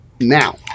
now